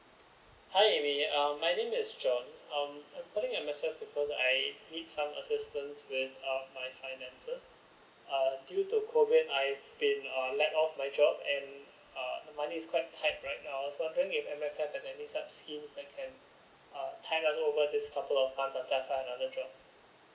hi a m y um my name is j o h n I'm calling M_S_F because I need some assistance with um my finances uh due to COVID I've been let off my job and uh the money is quite tight right now so wondering if M_S_F has any such schemes that can us this couple of months until I can find another job